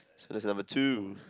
so that's number two